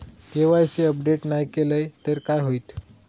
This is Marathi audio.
के.वाय.सी अपडेट नाय केलय तर काय होईत?